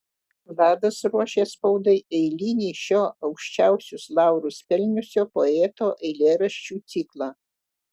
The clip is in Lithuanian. vladas ruošė spaudai eilinį šio aukščiausius laurus pelniusio poeto eilėraščių ciklą